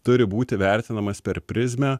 turi būti vertinamas per prizmę